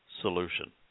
solution